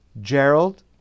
Gerald